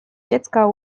dziecka